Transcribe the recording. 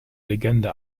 legende